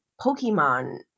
Pokemon